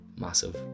massive